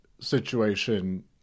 situation